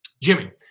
Jimmy